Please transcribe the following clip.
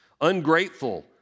ungrateful